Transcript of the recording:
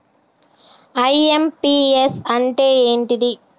IMPS అంటే ఏంటిది?